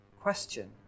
question